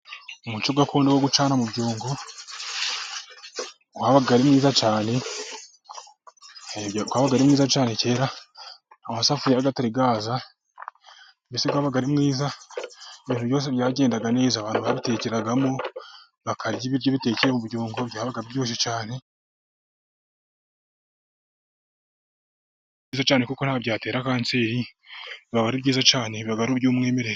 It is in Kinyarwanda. Umuco gakondo wo gucana mu byungo wabaga ari mwiza cyane. Wabaga ari mwiza cyane kera amasafuriya atari yaza. Mbese wabaga ari mwiza. Ibintu byose byagendaga neza. Abantu babitekeragamo, bakarya neza, bakarya ibiryo bitekewe mu byungo. Byabaga biryoshye cyane, ari byiza cyane kuko ntawe byatera kanseri . Byabaga ari byiza cyane, ari iby'umwimerere.